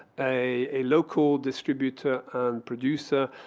a local distributor and producer,